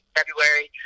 February